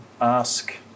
ask